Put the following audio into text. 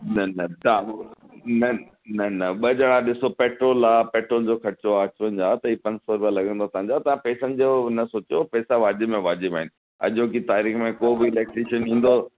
न न तव्हां न न न ॿ ॼणा ॾिसो पेट्रोल आहे पेट्रोल जो ख़र्चो आहे अचु वञु जा त पंज सौ रुपया लॻंदा तव्हां जा पैसनि जो न सोचियो पैसा वाजिबु में वाजिबु आहिनि अॼोकी तारीख़ में को बि इलेक्ट्रीशन ईंदो